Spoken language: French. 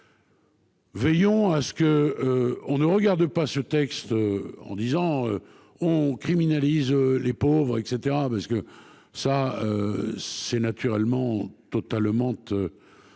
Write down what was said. Veillons à ce que on ne regarde pas ce texte en disant on criminalise les pauvres et cetera parce que ça. C'est naturellement totalement.